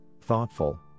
thoughtful